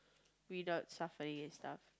without suffering and stuff